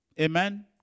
Amen